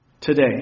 today